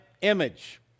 image